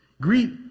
greet